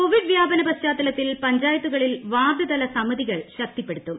Covid വ്യാപന പൃശ്ചാത്തലത്തിൽ പഞ്ചായത്തുകളിൽ ന് വാർഡ്തല സമിതിക്കൾ ശ്ക്തിപ്പെടുത്തും